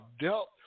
dealt